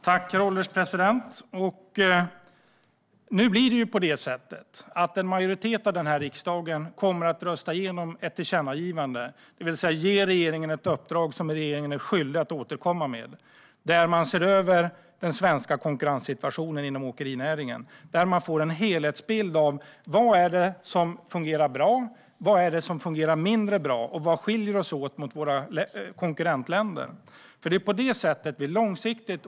Herr ålderspresident! Nu kommer en majoritet av den här riksdagen att rösta igenom ett tillkännagivande som innebär att man ger regeringen ett uppdrag som regeringen är skyldig att återkomma med. Det handlar om att man ska se över den svenska konkurrenssituationen inom åkerinäringen för att få en helhetsbild av vad som fungerar bra, vad som fungerar mindre bra och vad som skiljer oss åt jämfört med våra konkurrentländer.